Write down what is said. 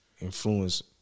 Influence